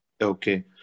Okay